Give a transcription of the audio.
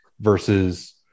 versus